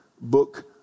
book